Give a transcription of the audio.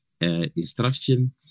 Instruction